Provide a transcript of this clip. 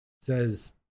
says